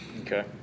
Okay